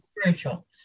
spiritual